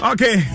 Okay